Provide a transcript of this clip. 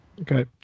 Okay